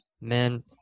Man